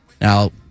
Now